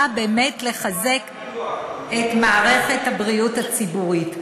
באה באמת לחזק את מערכת הבריאות הציבורית,